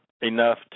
enough